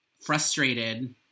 frustrated